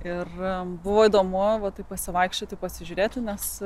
ir buvo įdomu va taip pasivaikščioti pasižiūrėti nes